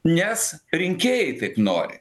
nes rinkėjai taip nori